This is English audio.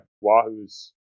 wahoo's